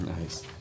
nice